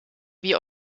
wie